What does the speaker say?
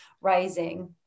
rising